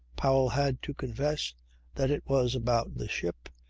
powell had to confess that it was about the ship.